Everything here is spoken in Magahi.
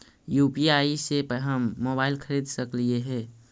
यु.पी.आई से हम मोबाईल खरिद सकलिऐ है